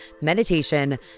meditation